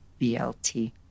BLT